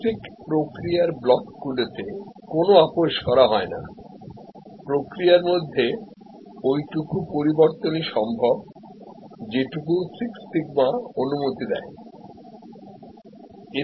basic প্রক্রিয়ার ব্লকগুলিতে কোনও আপস করা হয় না প্রক্রিয়ার মধ্যে ওইটুকু পরিবর্তনই সম্ভব যেটুকু সিক্স সিগমা অনুযায়ী করা সম্ভব